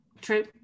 true